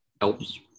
helps